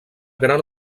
gran